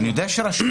אני יודע שרשום.